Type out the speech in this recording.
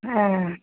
ए